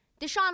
Deshaun